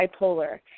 bipolar